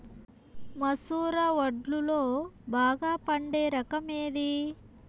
మసూర వడ్లులో బాగా పండే రకం ఏది?